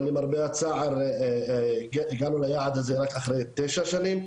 אבל למרבה הצער הגענו ליעד הזה רק אחרי 9 שנים,